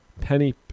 Penny